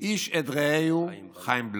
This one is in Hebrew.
איש את רעהו חיים בלעהו".